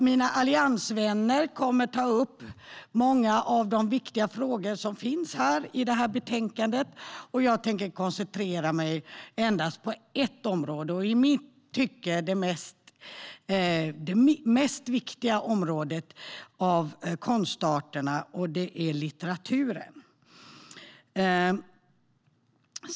Mina alliansvänner kommer att ta upp många av de viktiga frågor som finns i betänkandet. Jag tänker endast koncentrera mig på ett område och i mitt tycke det mest viktiga området av konstarterna, nämligen litteraturen.